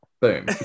boom